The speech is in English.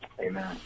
amen